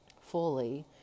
fully